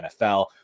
NFL